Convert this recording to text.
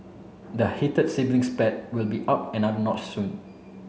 the heated sibling spat will be upped another notch soon